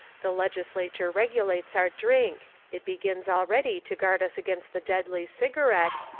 the legislature regulates our drink, it begins already to guard us against the deadly cigarette,